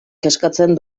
kezkatzen